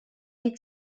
die